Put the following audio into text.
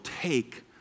take